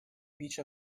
beach